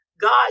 God